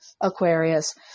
Aquarius